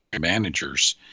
managers